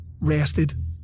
rested